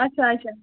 اَچھا اَچھا